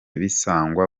bisangwa